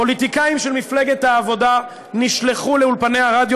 פוליטיקאים של מפלגת העבודה נשלחו לאולפני הרדיו